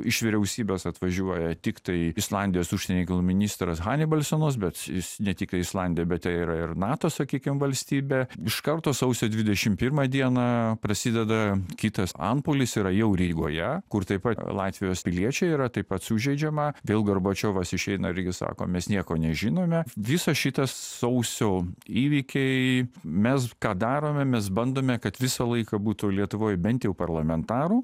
iš vyriausybės atvažiuoja tiktai islandijos užsienio reikalų ministras hanibalsenas bet jis ne tik islandija bet yra ir nato sakykim valstybė iš karto sausio dvidešim pirmą dieną prasideda kitas antpuolis yra jau rygoje kur taip pat latvijos piliečiai yra taip pat sužeidžiama vėl gorbačiovas išeina irgi sako mes nieko nežinome visas šitas sausio įvykiai mes ką darome mes bandome kad visą laiką būtų lietuvoj bent jau parlamentarų